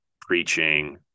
preaching